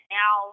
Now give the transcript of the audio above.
now